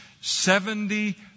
seventy